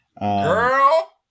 girl